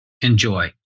enjoy